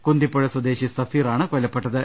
കുന്തിപ്പുഴ സ്വദേശി സഫീർ ആണ് കൊല്ലപ്പെട്ടത്